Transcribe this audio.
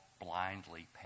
blindly